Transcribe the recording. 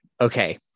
okay